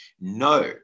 no